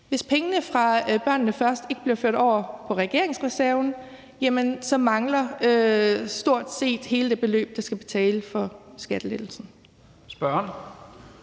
Hvis pengene fra »Børnene Først« ikke bliver ført over på regeringsreserven, mangler stort set hele det beløb, der skal betale for skattelettelsen. Kl.